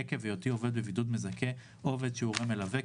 עקב היותי עובד בבידוד מזכה או עובד שהוא הורה מלווה,